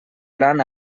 gran